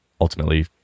ultimately